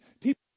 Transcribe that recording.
people